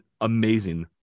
amazing